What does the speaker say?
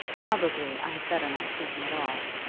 probably i had better not see him at all.